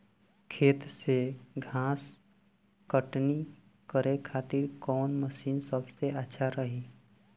खेत से घास कटनी करे खातिर कौन मशीन सबसे अच्छा रही?